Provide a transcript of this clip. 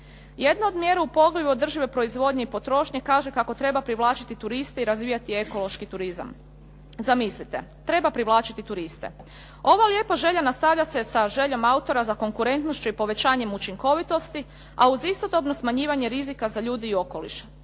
Jedno od mjera u poglavlju održive proizvodnje i potrošnje kaže kako treba privlačiti turiste i razvijati ekološki turizam. Zamislite, treba privlačiti turiste. Ova lijepa želja nastavlja se sa željom autora za konkurentnošću i povećanjem učinkovitosti, a uz istodobno smanjivanje rizika za ljude i okoliš.